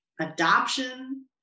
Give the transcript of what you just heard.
adoption